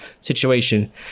situation